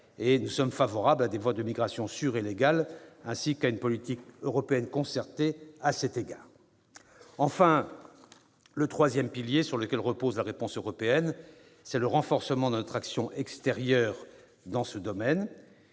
Nous sommes favorables à des voies de migrations sûres et légales, ainsi qu'à une politique européenne concertée à cet égard. Quant au troisième pilier sur lequel repose la réponse européenne à la crise migratoire, il s'agit du renforcement de notre action extérieure dans ce domaine.